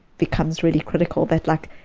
becomes really critical that like